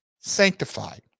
sanctified